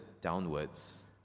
downwards